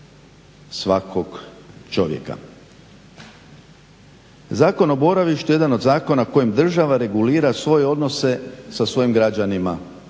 svakog čovjeka. Zakon o boravištu je jedan od zakona kojim država regulira svoje odnose sa svojim građanima